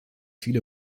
viele